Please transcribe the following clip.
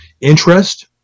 interest